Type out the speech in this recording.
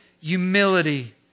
humility